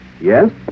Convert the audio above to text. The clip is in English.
Yes